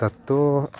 तत्तु